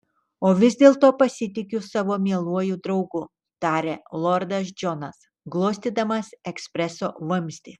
o vis dėlto pasitikiu savo mieluoju draugu tarė lordas džonas glostydamas ekspreso vamzdį